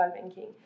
banking